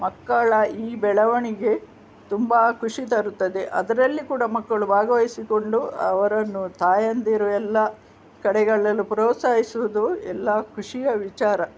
ಮಕ್ಕಳ ಈ ಬೆಳವಣಿಗೆ ತುಂಬ ಖುಷಿ ತರುತ್ತದೆ ಅದರಲ್ಲಿ ಕೂಡ ಮಕ್ಕಳು ಭಾಗವಹಿಸಿಕೊಂಡು ಅವರನ್ನು ತಾಯಂದಿರು ಎಲ್ಲ ಕಡೆಗಳಲ್ಲೂ ಪ್ರೋತ್ಸಾಹಿಸುವುದು ಎಲ್ಲ ಖುಷಿಯ ವಿಚಾರ